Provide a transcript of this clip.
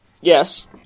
Yes